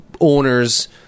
owners